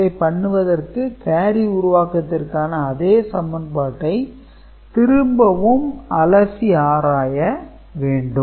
இதை பண்ணுவதற்கு கேரி உருவக்கத்திற்கான அதே சமன்பாட்டை திரும்பவும் அலசி ஆராய வேண்டும்